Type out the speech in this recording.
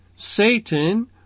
Satan